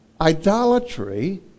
Idolatry